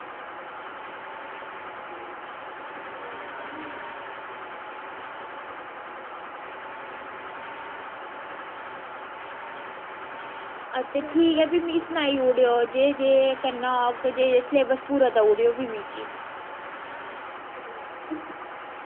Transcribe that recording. ते ठीक ऐ भी मिगी सनाई ओड़ेओ जे जे करना होग ते सलेब्स देई ओड़ेओ मिगी